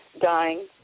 dying